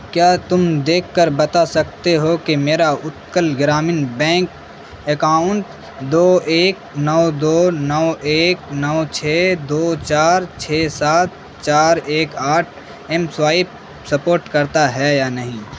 کیا تم دیکھ کر بتا سکتے ہو کہ میرا اتکل گرامین بینک اکاؤنٹ دو ایک نو دو نو ایک نو چھ دو چار چھ سات چار ایک آٹھ ایم سوائیپ سپوٹ کرتا ہے یا نہیں